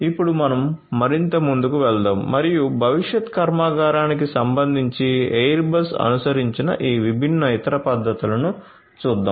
ఇప్పుడు మనం మరింత ముందుకు వెళ్దాం మరియు భవిష్యత్ కర్మాగారానికి సంబంధించి ఎయిర్ బస్ అనుసరించిన ఈ విభిన్న ఇతర పద్ధతులును చూద్దాం